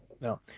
No